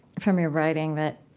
from your writing that